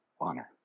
honor